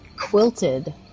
quilted